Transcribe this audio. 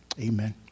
Amen